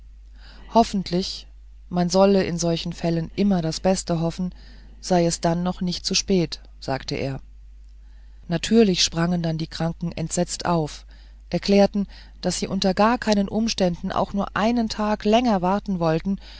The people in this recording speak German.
hoffentlich man solle in solchen fällen immer das beste hoffen sei es dann nicht zu spät sagte er natürlich sprangen dann die kranken entsetzt auf erklärten daß sie unter gar keinen umständen auch nur einen tag länger warten wollten